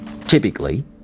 Typically